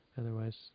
Otherwise